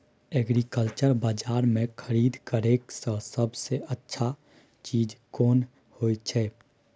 Agriculture बाजार में खरीद करे से सबसे अच्छा चीज कोन होय छै?